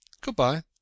Good-bye